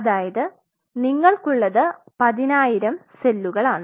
അതായത് നിങ്ങൾക്കുള്ളത് 10000 സെല്ലുകളാണ്